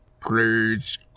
Please